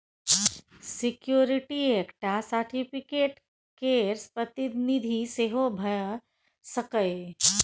security एकटा certificate केर प्रतिनिधि सेहो भ सकैए